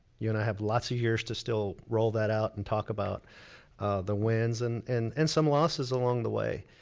you and i have lots of years to still roll that out and talk about the wins and and and some losses along the way.